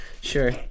sure